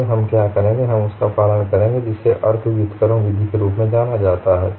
हम क्या करेंगे हम उसका पालन करेंगे जिसे अर्ध व्युत्क्रम विधि के रूप में जाना जाता है